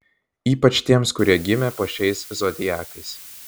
ypač tiems kurie gimė po šiais zodiakais